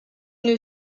une